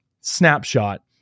snapshot